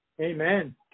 Amen